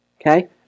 Okay